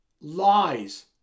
lies